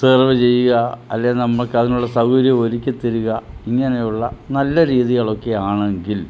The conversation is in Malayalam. സെർവ് ചെയ്യുക അല്ലേ നമുക്ക് അതിനുള്ള സൗകര്യം ഒരുക്കി തരിക ഇങ്ങനെയുള്ള നല്ല രീതികളൊക്കെ ആണെങ്കിൽ